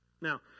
Now